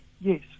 Yes